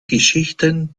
geschichten